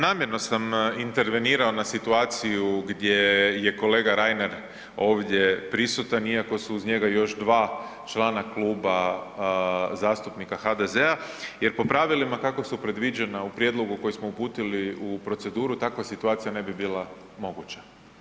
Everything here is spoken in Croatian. Namjerno sam intervenirao na situaciju gdje je kolega Reiner ovdje prisutan, iako su uz njega još dva člana Kluba zastupnika HDZ-a jer po pravilima, kako su predviđena u prijedlogu koje smo uputili u proceduru, takva situacija ne bi bila moguća.